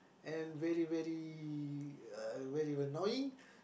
and very very uh very annoying